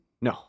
no